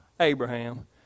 Abraham